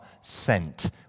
sent